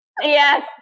Yes